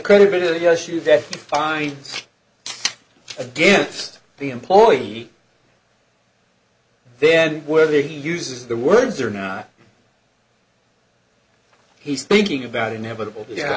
that's fine against the employee then whether he uses the words or not he's thinking about inevitable